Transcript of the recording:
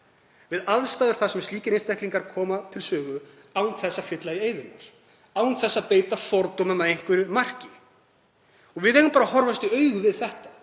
við í aðstæðum þar sem slíkir einstaklingar koma við sögu án þess að fylla í eyðurnar, án þess að beita fordómum að einhverju marki. Við eigum bara að horfast í augu við þetta